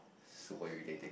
super irritating